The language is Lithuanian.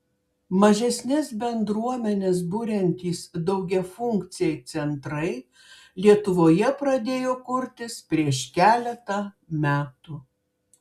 mažesnes bendruomenes buriantys daugiafunkciai centrai lietuvoje pradėjo kurtis prieš keletą metų